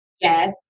yes